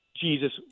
Jesus